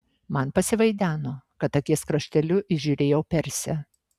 man pasivaideno kad akies krašteliu įžiūrėjau persę